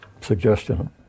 suggestion